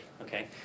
okay